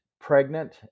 pregnant